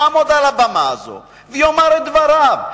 יעמוד על הבמה הזאת ויאמר את דבריו.